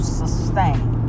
sustain